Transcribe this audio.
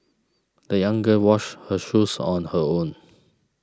the young girl washed her shoes on her own